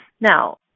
Now